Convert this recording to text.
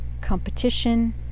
competition